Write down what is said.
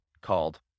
called